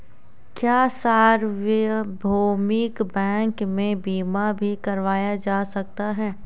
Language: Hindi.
क्या सार्वभौमिक बैंक में बीमा भी करवाया जा सकता है?